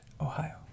Ohio